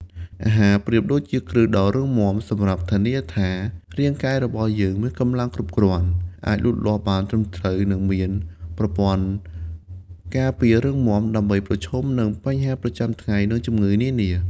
អាហារប្រៀបដូចជាគ្រឹះដ៏រឹងមាំសម្រាប់ធានាថា រាងកាយរបស់យើងមានកម្លាំងគ្រប់គ្រាន់ អាចលូតលាស់បានត្រឹមត្រូវ និងមានប្រព័ន្ធការពាររឹងមាំ ដើម្បីប្រឈមនឹងបញ្ហាប្រចាំថ្ងៃ និងជំងឺនានា។